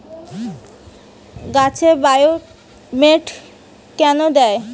গাছে বায়োমেট কেন দেয়?